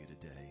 today